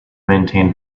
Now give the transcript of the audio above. maintain